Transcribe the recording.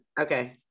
Okay